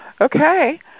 Okay